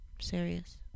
Serious